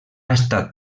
estat